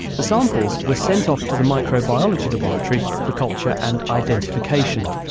the samples were sent off to the microbiology laboratory for culture and identification.